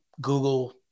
Google